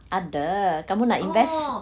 ada kamu nak invest